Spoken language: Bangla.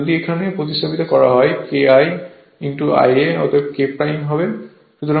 যদি এখানে প্রতিস্থাপিত হয় K1 Ia অতএব K হবে